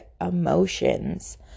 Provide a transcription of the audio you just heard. emotions